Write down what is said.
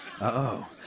uh-oh